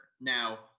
Now